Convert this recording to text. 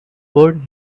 board